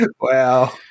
Wow